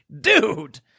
dude